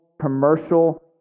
commercial